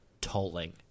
tolling